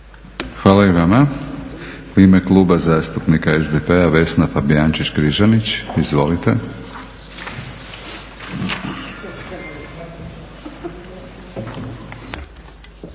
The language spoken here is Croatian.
Hvala i vama. U ime Kluba zastupnika SDP-a Vesna Fabijančić-Križanić. Izvolite.